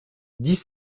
dix